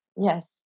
Yes